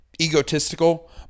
egotistical